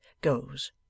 goes